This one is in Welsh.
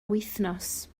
wythnos